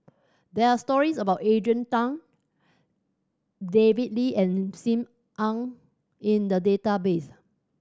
there are stories about Adrian Tan David Lee and Sim Ann in the database